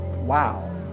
Wow